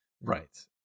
right